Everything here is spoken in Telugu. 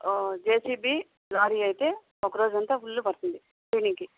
జేసీబీ లారీ అయితే ఒక రోజంతా ఫుల్లు పడుతుంది క్లీనింగ్కి